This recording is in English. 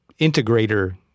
integrator